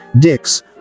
dicks